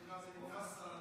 נגד זה נגד.